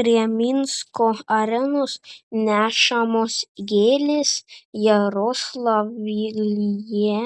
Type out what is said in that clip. prie minsko arenos nešamos gėlės jaroslavlyje